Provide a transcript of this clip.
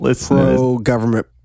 pro-government